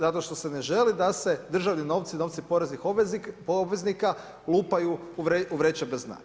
Zato što se ne želi da se državni novci, novci porezni obveznika lupaju u vreće bez dna.